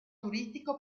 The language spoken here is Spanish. turístico